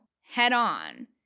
head-on